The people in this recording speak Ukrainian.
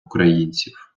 українців